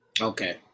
Okay